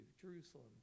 Jerusalem